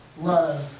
love